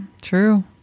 True